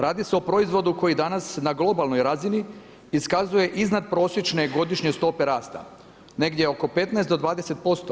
Radi se o proizvodu koji danas na globalnoj razini iskazuje iznadprosječne godišnje stope rasta, negdje oko 15 do 20%